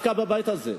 שדווקא בבית הזה,